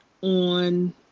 on